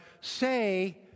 say